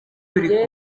turi